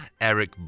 Eric